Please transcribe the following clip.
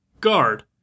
guard